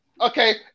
Okay